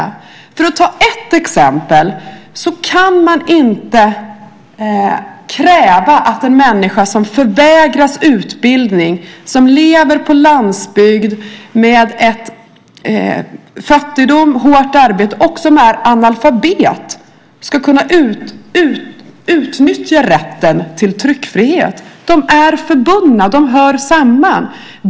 Man kan inte, för att ta ett exempel, kräva att en människa som förvägras utbildning, som lever på landsbygden med fattigdom och hårt arbete och som är analfabet ska kunna utnyttja rätten till tryckfrihet. Rättigheterna är förbundna; de hör samman.